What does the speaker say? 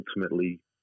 ultimately